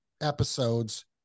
episodes